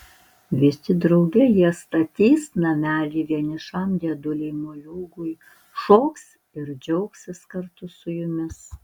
visi drauge jie statys namelį vienišam dėdulei moliūgui šoks ir džiaugsis kartu su jumis